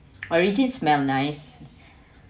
origin smell nice